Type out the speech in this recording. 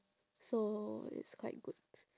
so it's quite good